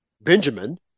Benjamin